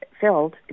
filled